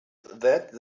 that